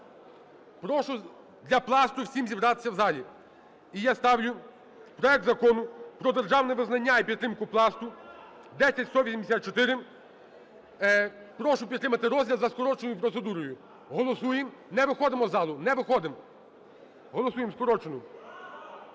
Прошу для Пласту всім зібратися в залі. І я ставлю проект Закону про державне визнання і підтримку Пласту (10184). Прошу підтримати розгляд за скороченою процедурою. Голосуємо. Не виходимо з залу, не виходим. Голосуємо скорочену.